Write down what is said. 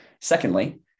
Secondly